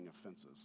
offenses